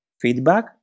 feedback